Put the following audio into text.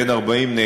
ב-18 ביולי,